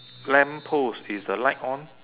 lamppost is the light on